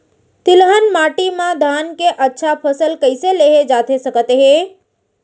तिलहन माटी मा धान के अच्छा फसल कइसे लेहे जाथे सकत हे?